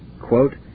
quote